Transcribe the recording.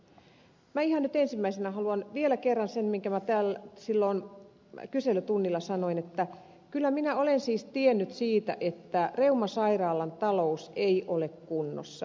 minä ihan nyt ensimmäisenä haluan vielä kerran sanoa sen minkä täällä silloin kyselytunnilla sanoin että kyllä minä olen siis tiennyt siitä että reumasairaalan talous ei ole kunnossa